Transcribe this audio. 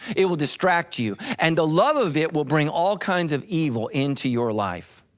it will distract you and the love of it will bring all kinds of evil into your life.